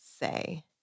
say